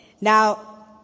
Now